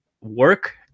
work